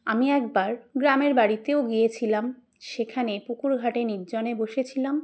আমি একবার গ্রামের বাড়িতেও গিয়েছিলাম সেখানে পুকুর ঘাটে নির্জনে বসেছিলাম